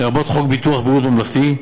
לרבות חוק ביטוח בריאות ממלכתי,